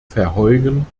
verheugen